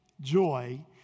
joy